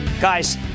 Guys